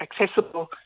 accessible